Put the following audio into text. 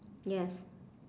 yes